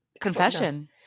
confession